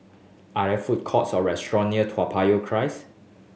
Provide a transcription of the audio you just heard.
are there food courts or restaurant near Toa Payoh Crest